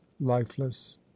lifeless